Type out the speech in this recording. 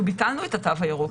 אנחנו ביטלנו את התו הירוק.